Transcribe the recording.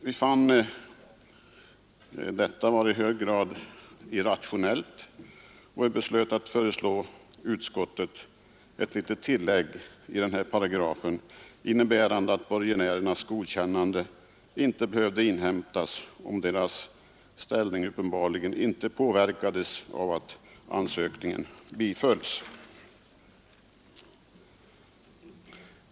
Vi fann detta förfarande vara i hög grad irrationellt och beslöt att föreslå utskottet ett litet tillägg till denna paragraf, innebärande att borgenärernas godkännande inte behövde inhämtas om deras ställning uppenbarligen inte påverkades av att ansökan bifölls.